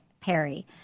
Perry